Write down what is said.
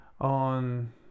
on